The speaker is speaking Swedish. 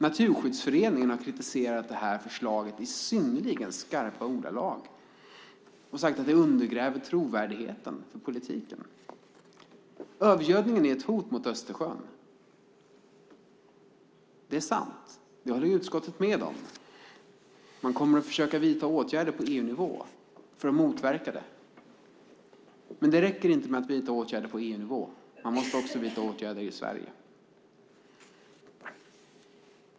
Naturskyddsföreningen har kritiserat förslaget i synnerligen skarpa ordalag och sagt att det undergräver trovärdigheten för politiken. Att övergödningen är ett hot mot Östersjön är sant, och det håller utskottet med om. Man kommer att försöka vidta åtgärder på EU-nivå för att motverka den. Men det räcker inte att vidta åtgärder på EU-nivå, utan man måste också vidta åtgärder i Sverige.